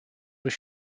were